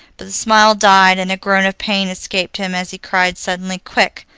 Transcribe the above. but the smile died, and a groan of pain escaped him as he cried suddenly, quick!